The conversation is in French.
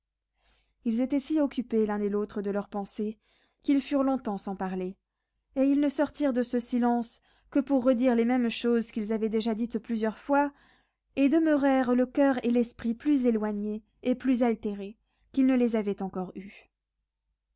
ils étaient si occupés l'un et l'autre de leurs pensées qu'ils furent longtemps sans parler et ils ne sortirent de ce silence que pour redire les mêmes choses qu'ils avaient déjà dites plusieurs fois et demeurèrent le coeur et l'esprit plus éloignés et plus altérés qu'ils ne les avaient encore eus